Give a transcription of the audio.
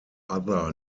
other